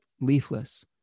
leafless